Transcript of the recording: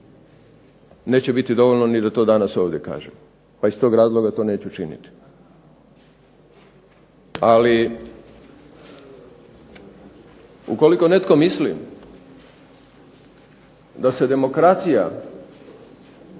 neće biti dovoljno ni da to danas ovdje kažem, pa iz tog razloga to neću činiti. Ali, ukoliko netko misli da se demokracija